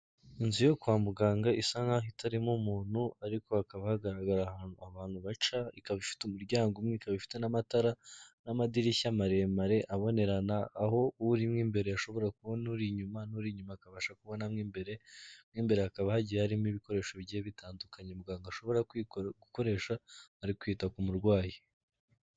Inzu yo kwa muganga isa nkaho itarimo umuntu ariko hakaba hagaragara ahantu abantu baca, ikaba ifite umuryango umwe, ikaba ifite n'amatara n'amadirishya maremare abonerana, aho urimo imbere ashobora kubona uri inyuma n'uri inyuma akabasha kubona imbere. Mo imbere hakaba hagiye harimo ibikoresho bigiye bitandukanye muganga ashobora gukoresha ari kwita ku murwayi.